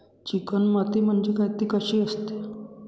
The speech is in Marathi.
चिकण माती म्हणजे काय? ति कशी असते?